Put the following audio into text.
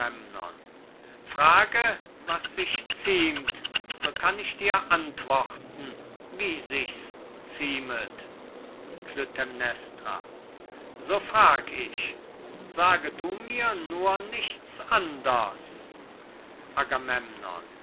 frage was sich ziemt so kann ich dir antworten wie sich's ziemet klytämnestra so frag ich sage du mir nur nichts anders